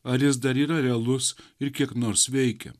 ar jis dar yra realus ir kiek nors veikia